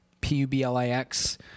P-U-B-L-I-X